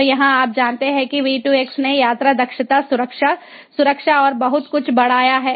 तो यहाँ आप जानते हैं कि V2X ने यात्रा दक्षता सुरक्षा सुरक्षा और बहुत कुछ बढ़ाया है